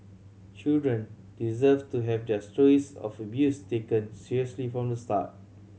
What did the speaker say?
children deserve to have their stories of abuse taken seriously from the start